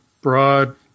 broad